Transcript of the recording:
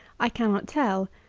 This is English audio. i cannot tell,